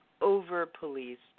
over-policed